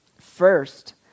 First